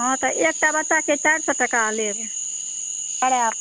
हँ तऽ एकटा बच्चाके चारि सए टाका लेब करायब